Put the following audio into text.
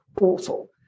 awful